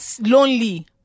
lonely